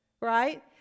right